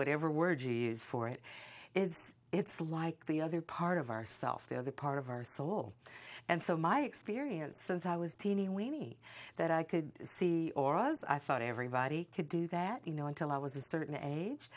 whatever word for it is it's like the other part of our self the other part of our soul and so my experience since i was teeny weeny that i could see auras i thought everybody could do that you know until i was a certain age